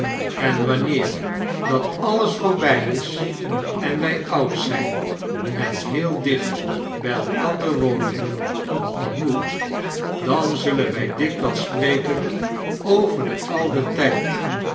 en wanneer dat alles voorbij is en wij oud zijn en heel dicht bij elkandier wonen want dat moet dan zullen wij dikwijls sprefcen over den ouden tijd